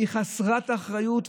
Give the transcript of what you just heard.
היא חסרת אחריות,